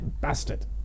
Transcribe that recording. Bastard